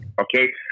Okay